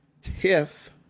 Tiff